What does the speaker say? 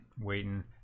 waiting